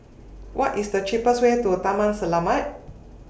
What IS The cheapest Way to Taman Selamat